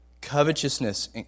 covetousness